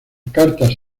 cartas